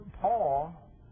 Paul